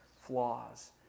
flaws